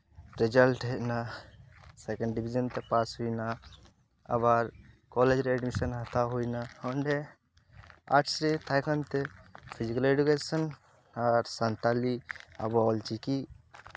result ᱦᱮᱡ ᱱᱟ second division ᱛᱮ ᱯᱟᱥ ᱦᱩᱭ ᱱᱟ ᱟᱵᱟᱨ ᱠᱚᱞᱮᱡᱽ ᱨᱮ ᱮᱰᱢᱤᱥᱮᱱ ᱦᱟᱛᱟᱣ ᱦᱩᱭ ᱱᱟ ᱚᱸᱰᱮ ᱟᱨᱴᱥ ᱨᱮ ᱛᱟᱦᱮᱸ ᱠᱟᱱᱛᱮ ᱯᱷᱤᱡᱤᱠᱮᱞ ᱮᱰᱩᱠᱮᱥᱮᱱ ᱟᱨ ᱥᱟᱱᱛᱟᱞᱤ ᱟᱵᱚ ᱚᱞᱪᱤᱠᱤ